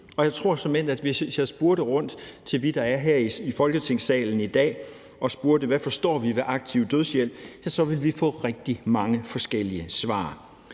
og jeg tror såmænd, at hvis vi spurgte dem, der er i Folketingssalen i dag, hvad man forstår ved aktiv dødshjælp, ville vi få rigtig mange forskellige svar.